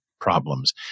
problems